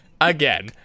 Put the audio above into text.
again